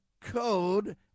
code